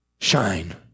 Shine